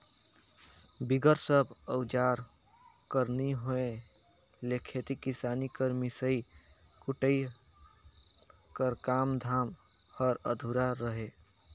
बिगर सब अउजार कर नी होए ले खेती किसानी कर मिसई कुटई कर काम धाम हर अधुरा रहें